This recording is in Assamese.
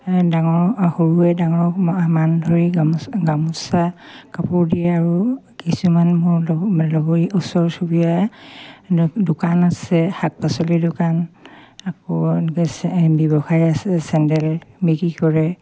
ডাঙৰ সৰুৱে ডাঙৰক মান ধৰি গামোচা গামোচা কাপোৰ দিয়ে আৰু কিছুমান মোৰ লগৰী ওচৰ চুবুৰীয়া দোকান আছে শাক পাচলিৰ দোকান আকৌ ব্যৱসায় আছে চেণ্ডেল বিক্ৰী কৰে